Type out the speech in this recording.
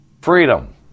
Freedom